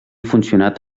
funcionat